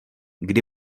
kdy